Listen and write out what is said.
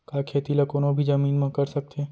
का खेती ला कोनो भी जमीन म कर सकथे?